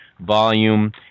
volume